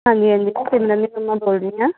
ਹਾਂਜੀ ਹਾਂਜੀ ਮੈਂ ਸਿਮਰਨ ਦੀ ਮੰਮਾ ਬੋਲ ਰਹੀ ਹਾਂ